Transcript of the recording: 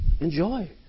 enjoy